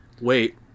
Wait